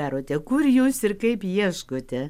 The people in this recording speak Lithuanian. darote kur jūs ir kaip ieškote